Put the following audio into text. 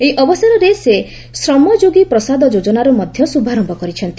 ଏହି ଅବସରରେ ସେ ଶ୍ରମଯୋଗୀ ପ୍ରସାଦ ଯୋଜନାର ମଧ୍ୟ ଶୁଭାରମ୍ଭ କରିଛନ୍ତି